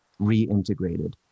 reintegrated